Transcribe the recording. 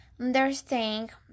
Understanding